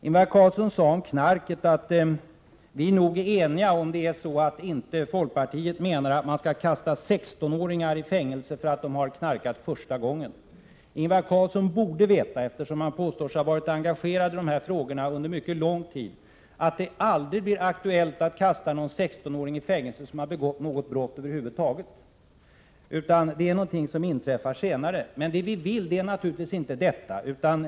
Ingvar Carlsson sade om knarket att vi nog är eniga, om folkpartiet inte menar att man skall kasta 16-åringar i fängelse för att de har knarkat första gången. Ingvar Carlsson borde veta, eftersom han påstår sig ha varit engagerad i dessa frågor under mycket lång tid, att det aldrig blir aktuellt att kasta någon 16-åring i fängelse som har begått brott över huvud taget, utan att det är någonting som inträffar senare. Det vi vill är naturligtvis inte detta.